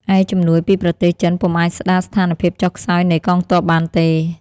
ឯជំនួយពីប្រទេសចិនពុំអាចស្ដារស្ថានភាពចុះខ្សោយនៃកងទ័ពបានទេ។